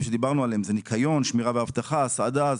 כמו ניקיון, שמירה, אבטחה והסעדה.